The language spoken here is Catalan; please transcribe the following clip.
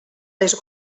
les